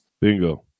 Bingo